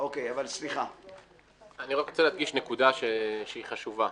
אני רוצה להדגיש נקודה שהיא חשובה.